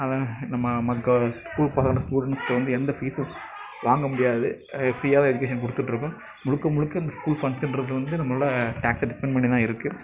ஆனால் நம்ம மக்கள் ஸ்டூடண்ட்ஸ் வந்து எந்த ஃபீஸும் வாங்க முடியாது ப்ரீயாக தான் எஜுகேஷன் கொடுத்துட்ருக்கோம் முழுக்க முழுக்க இந்த ஸ்கூல் ஃபண்ட்ஸுன்றது நம்மளால் டேக்ஸை டிபெண்ட் பண்ணி தான் இருக்குது